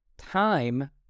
Time